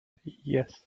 yes